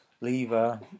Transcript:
lever